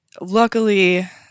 Luckily